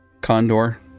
condor